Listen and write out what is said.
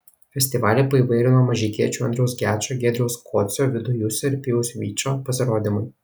festivalį paįvairino mažeikiečių andriaus gečo giedriaus kocio vido jusio ir pijaus vyčo pasirodymai